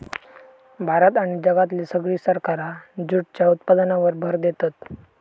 भारत आणि जगातली सगळी सरकारा जूटच्या उत्पादनावर भर देतत